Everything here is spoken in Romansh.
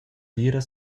dira